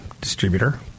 distributor